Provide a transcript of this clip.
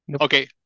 Okay